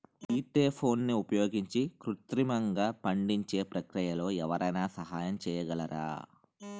ఈథెఫోన్ని ఉపయోగించి కృత్రిమంగా పండించే ప్రక్రియలో ఎవరైనా సహాయం చేయగలరా?